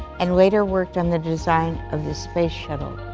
and later worked on the design of the space shuttle.